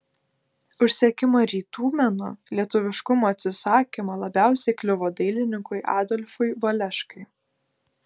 už sekimą rytų menu lietuviškumo atsisakymą labiausiai kliuvo dailininkui adolfui valeškai